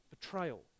betrayal